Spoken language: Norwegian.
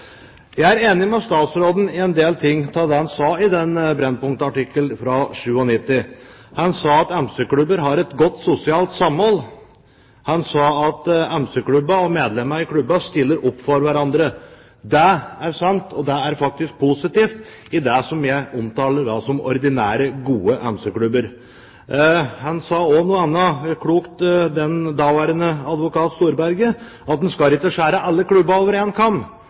Jeg er enig med statsråden i en del av det han sa i det brennpunktprogrammet, fra 1997. Han sa at MC-klubber har et godt sosialt samhold. Han sa at MC-klubber og medlemmer i slike klubber stiller opp for hverandre. Det er sant, og det er faktisk positivt, i det som jeg da omtaler som ordinære, gode MC-klubber. Han sa også noe annet klokt, den daværende advokat Storberget: at en skal ikke skjære alle klubber over